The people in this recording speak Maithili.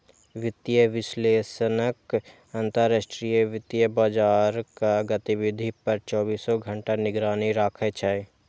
वित्तीय विश्लेषक अंतरराष्ट्रीय वित्तीय बाजारक गतिविधि पर चौबीसों घंटा निगरानी राखै छै